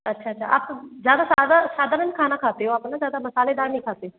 अच्छा अच्छा आप ज़्यादा सधारण खाना खाते हो आप है ना ज़ादा मसालेदार नही खाते